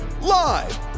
Live